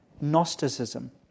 Gnosticism